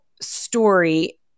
story